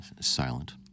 Silent